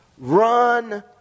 run